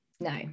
no